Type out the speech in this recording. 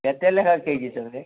କେତେ ଲେଖା K G ତାହାଲେ